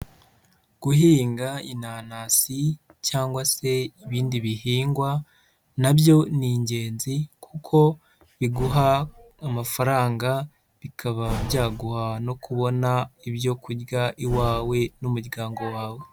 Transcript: Guhinga inanasi cyangwa se ibindi bihingwa na byo ni ingenzi kuko biguha amafaranga bikaba byaguha no kubona ibyo kurya iwawe n'umuryango wawe.